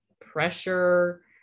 pressure